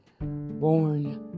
born